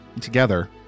together